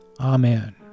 Amen